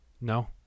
No